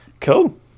cool